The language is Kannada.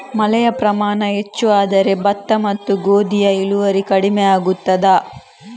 ಮಳೆಯ ಪ್ರಮಾಣ ಹೆಚ್ಚು ಆದರೆ ಭತ್ತ ಮತ್ತು ಗೋಧಿಯ ಇಳುವರಿ ಕಡಿಮೆ ಆಗುತ್ತದಾ?